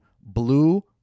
blue